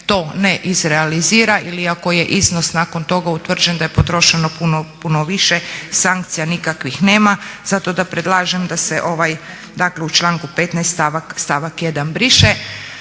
to ne izrealizira ili ako je iznos nakon toga utvrđen da je potrošeno puno više, sankcija nikakvih nema, zato predlažem da se ovaj u članku 15. stavak 1. briše.